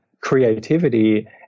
creativity